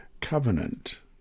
covenant